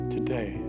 Today